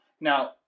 Now